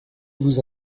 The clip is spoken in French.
vous